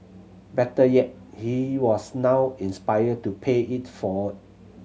better yet he was now inspired to pay it forward